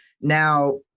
Now